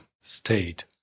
state